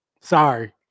Sorry